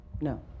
No